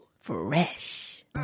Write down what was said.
fresh